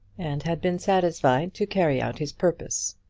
and had been satisfied to carry out his purpose.